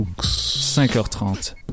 5h30